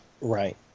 Right